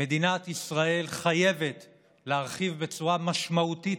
מדינת ישראל חייבת להרחיב בצורה משמעותית